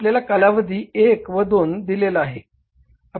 आपल्याला कालावधी एक व दोन दिलेला आहे